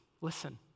listen